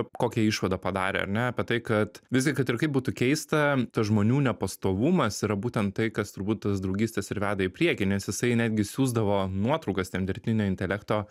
kokią išvadą padarė ar ne apie tai kad visgi kad ir kaip būtų keista tas žmonių nepastovumas yra būtent tai kas turbūt tas draugystes ir veda į priekį nes jisai netgi siųsdavo nuotraukas tiem dirbtinio intelekto